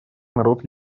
народ